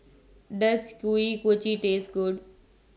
Does Kuih Kochi Taste Good